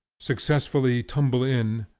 successively tumble in,